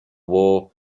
war